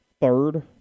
third